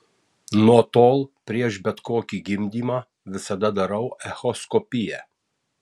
nuo tol prieš bet kokį gimdymą visada darau echoskopiją